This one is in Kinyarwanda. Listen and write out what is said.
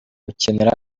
gukenera